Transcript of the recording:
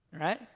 Right